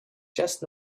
just